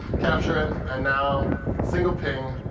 capture it, and now single ping,